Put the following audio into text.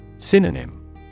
Synonym